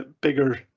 bigger